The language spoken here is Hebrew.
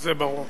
זה ברור.